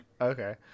okay